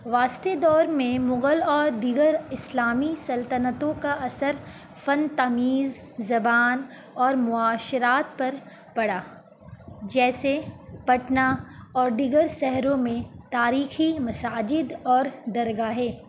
وسطی دور میں مغل اور دیگر اسلامی سلطنتوں کا اثر فن تمیز زبان اور معاشرات پر پڑا جیسے پٹنہ اور دیگر شہروں میں تاریخی مساجد اور درگاہیں